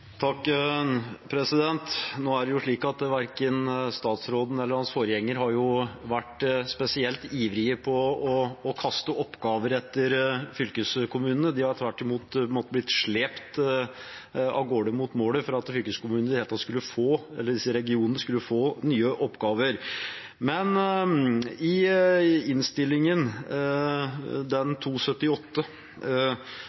slik at verken statsråden eller hans forgjenger har vært spesielt ivrige etter å kaste oppgaver etter fylkeskommunene. De har tvert imot måttet bli slept av gårde mot målet for at fylkeskommunene, disse regionene, i det hele tatt skulle få